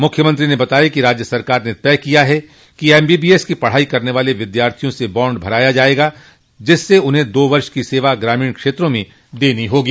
मुख्यमंत्री ने बताया कि राज्य सरकार ने तय किया है कि एमबीबीएस की पढ़ाई करने वाले विद्यार्थियों से बांड भराया जायेगा जिसमें उन्हें दो वर्ष की सेवा ग्रामीण क्षेत्रों में देनी होगी